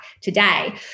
today